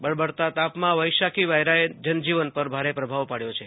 બળબળતા તાપમાં વૈશાખી વાયરાએ જનજીવન પર ભરે પ્રભાવ પાડ્યો છે